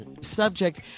Subject